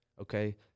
okay